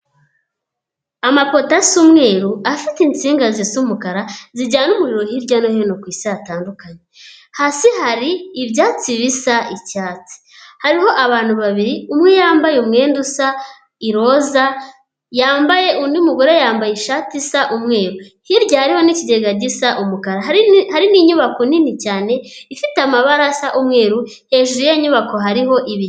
Amapoto asa umweru afite insinga zisa umukara zijyana umuriro hirya no hino ku isi hatandukanye, hasi hari ibyatsi bisa icyatsi, hariho abantu babiri umwe yambaye umwenda usa iroza, yambaye undi mugore yambaye ishati isa umweru, hirya harihoho n'igega gisa umukara. Hari ninyubako nini cyane ifite amabara asa umweru, hejuru yinyubako hariho ibiti.